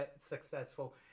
successful